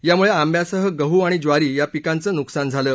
यामुळं आंब्यासह गडू आणि ज्वारी या पिकांचं नुकसान झालं आहे